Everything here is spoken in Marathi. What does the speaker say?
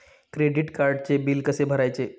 क्रेडिट कार्डचे बिल कसे भरायचे?